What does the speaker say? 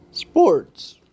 Sports